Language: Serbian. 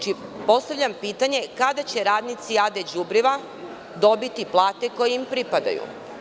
Postavljam pitanje – kada će radnici „AD Đubriva“ dobiti plate koje im pripadaju?